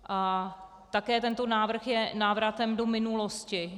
A také tento návrh je návratem do minulosti.